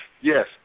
Yes